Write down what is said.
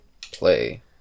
play